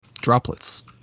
droplets